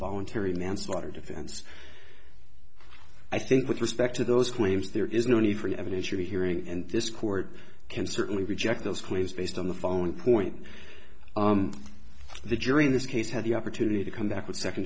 voluntary manslaughter defense i think with respect to those claims there is no need for an evidentiary hearing and this court can certainly reject those claims based on the phone point the jury in this case had the opportunity to come back with second